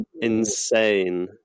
Insane